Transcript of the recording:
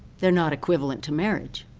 they are not equivalent to marriage.